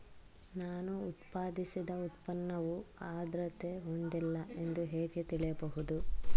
ನಾನು ಉತ್ಪಾದಿಸಿದ ಉತ್ಪನ್ನವು ಆದ್ರತೆ ಹೊಂದಿಲ್ಲ ಎಂದು ಹೇಗೆ ತಿಳಿಯಬಹುದು?